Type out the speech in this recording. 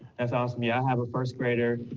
that's awesome. yeah, i have a first grader,